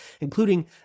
including